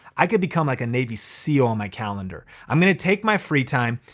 i could become like a navy seal on my calendar. i'm gonna take my free time.